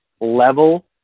level